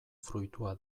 fruitua